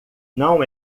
não